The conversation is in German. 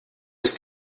ist